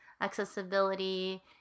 accessibility